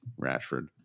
Rashford